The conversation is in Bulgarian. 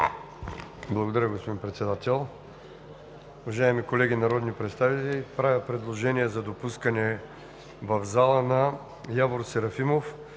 Благодаря, господин Председател. Уважаеми колеги народни представители, правя предложение за допускане в залата на Явор Серафимов